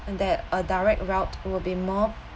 and that a direct route will be more